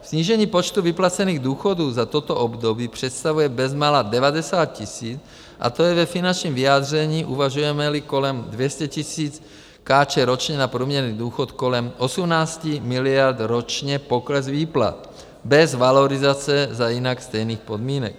Snížení počtu vyplacených důchodů za toto období představuje bezmála 90 000 a to je ve finančním vyjádření, uvažujemeli kolem 200 000 Kč ročně na průměrný důchod, kolem 18 miliard ročně pokles výplat, bez valorizace za jinak stejných podmínek.